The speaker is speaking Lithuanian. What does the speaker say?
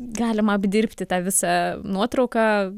galima apdirbti tą visą nuotrauką